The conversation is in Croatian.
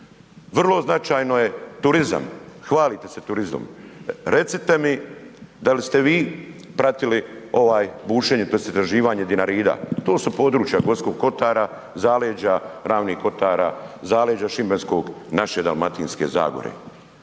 Vrlo značajno je turizam, hvalite se turizmom, recite mi da li ste vi pratili ovaj, bušenje, tj. istraživanje Dinarida. To su područja Gorskog Kotara, zaleđa, Ravnih Kotara, zaleđa Šibenskog, naše Dalmatinske Zagore.